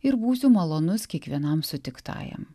ir būsiu malonus kiekvienam sutiktajam